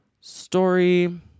story